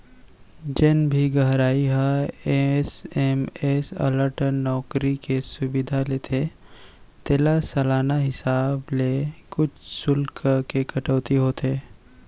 जेन भी गराहक ह एस.एम.एस अलर्ट नउकरी के सुबिधा लेथे तेला सालाना हिसाब ले कुछ सुल्क के कटौती होथे